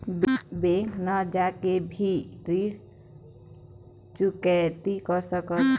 Bank न जाके भी ऋण चुकैती कर सकथों?